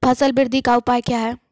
फसल बृद्धि का उपाय क्या हैं?